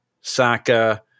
Saka